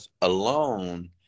alone